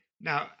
Now